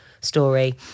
story